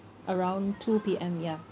around two P_M ya